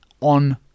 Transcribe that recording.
on